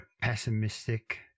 pessimistic